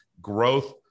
growth